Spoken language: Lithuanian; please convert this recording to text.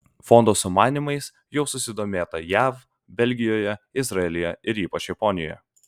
fondo sumanymais jau susidomėta jav belgijoje izraelyje ir ypač japonijoje